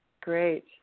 Great